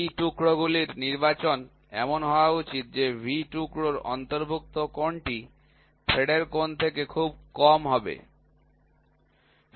V টুকরো গুলির নির্বাচন এমন হওয়া উচিত যে V টুকরোর অন্তর্ভুক্ত কোণটি থ্রেডের কোণ থেকে কম হবে